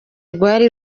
rwari